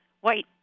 white